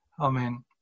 Amen